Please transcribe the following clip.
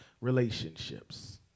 relationships